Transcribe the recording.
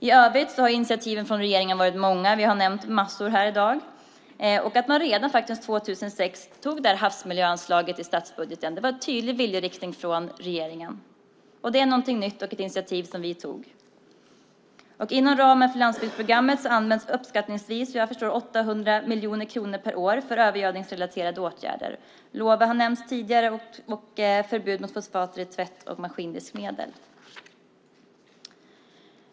I övrigt har initiativen från regeringen varit många. Vi har nämnt massor i dag. Redan år 2006 antogs havsmiljöanslaget i statsbudgeten. Det var en tydlig viljeriktning från regeringen. Det var ett nytt initiativ som vi tog. Inom ramen för landsbygdsprogrammet används uppskattningsvis 800 miljoner kronor per år för övergödningsrelaterade åtgärder. LOVA har nämnts tidigare och förbud mot fosfater i tvätt och maskindiskmedel.